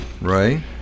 Right